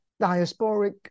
diasporic